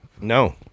No